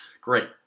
Great